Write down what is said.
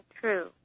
true